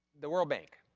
the world bank,